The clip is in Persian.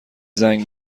زنگ